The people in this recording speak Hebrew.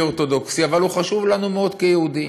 אורתודוקסי אבל הוא חשוב לנו מאוד כיהודי.